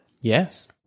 Yes